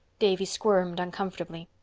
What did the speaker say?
davy squirmed uncomfortably.